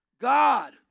God